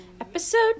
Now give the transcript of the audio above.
Episode